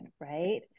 right